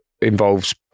involves